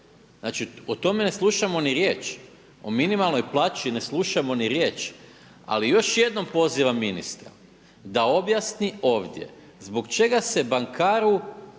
Znači o tome ne slušamo ni riječ, o minimalnoj plaći ne slušamo ni riječ. Ali još jednom pozivam ministra, da objasni ovdje zbog čega se bankaru